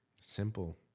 Simple